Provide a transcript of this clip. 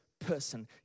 person